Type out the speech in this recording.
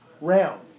Round